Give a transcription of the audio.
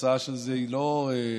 התוצאה של זה היא לא מרנינה.